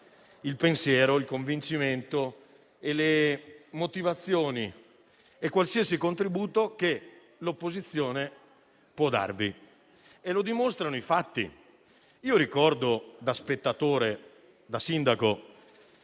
il pensiero, il convincimento, le motivazioni e qualsiasi contributo che l'opposizione può darvi. Lo dimostrano i fatti. Ricordo da spettatore, da sindaco,